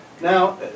now